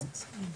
והדבר השני,